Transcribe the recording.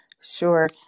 Sure